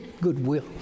Goodwill